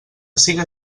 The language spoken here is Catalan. siga